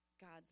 God's